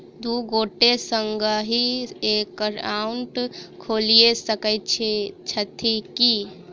दु गोटे संगहि एकाउन्ट खोलि सकैत छथि की?